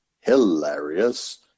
hilarious